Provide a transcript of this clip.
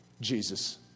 Jesus